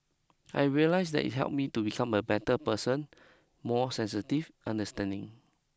I realised that it helped me to become a better person more sensitive understanding